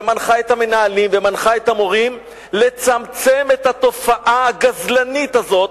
שמנחה את המנהלים ומנחה את המורים לצמצם את התופעה הגזלנית הזאת,